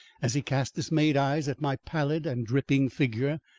as he cast dismayed eyes at my pallid and dripping figure.